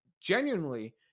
genuinely